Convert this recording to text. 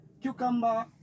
cucumber